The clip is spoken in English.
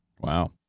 Wow